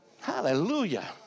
Hallelujah